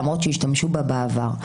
למרות שהשתמשו בה בעבר,